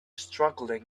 struggling